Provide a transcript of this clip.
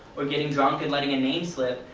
or getting drunk and letting a name slip,